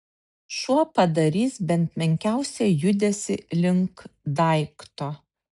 šuo padarys bent menkiausią judesį link daikto